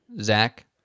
Zach